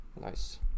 Nice